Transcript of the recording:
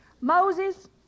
moses